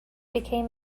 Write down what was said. became